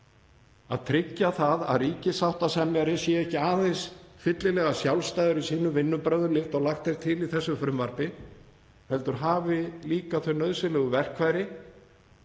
að tryggja að ríkissáttasemjari sé ekki aðeins fyllilega sjálfstæður í sínum vinnubrögðum, líkt og lagt er til í þessu frumvarpi, heldur hafi hann líka þau nauðsynlegu verkfæri